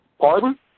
Pardon